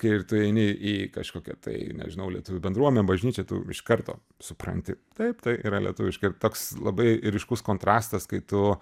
kai ir tu eini į kažkokią tai nežinau lietuvių bendruome bažnyčią tu iš karto supranti taip tai yra lietuviška ir toks labai ryškus kontrastas kai tu